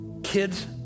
Kids